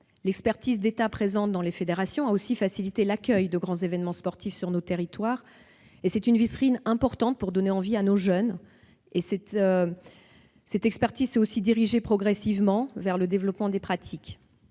L'expertise d'État au sein des fédérations a également facilité l'accueil de grands événements sportifs dans nos territoires. C'est une vitrine importante pour donner envie à nos jeunes. Cette expertise s'est aussi progressivement orientée vers le développement des pratiques,